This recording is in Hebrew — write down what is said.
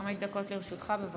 דקות לרשותך, בבקשה.